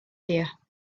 here